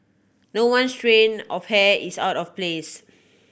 no one strand of hair is out of place